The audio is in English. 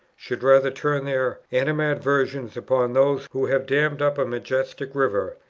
should rather turn their animadversions upon those who have dammed up a majestic river,